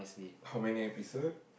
how many episode